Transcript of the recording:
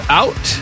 out